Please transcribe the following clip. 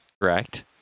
Correct